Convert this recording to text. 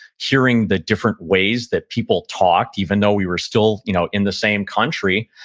hearing the different ways that people talked, even though we were still you know in the same country.